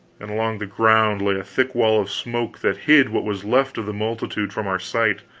and along the ground lay a thick wall of smoke that hid what was left of the multitude from our sight.